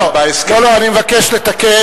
אבל בהסכם, לא לא, אני מבקש לתקן.